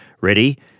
Ready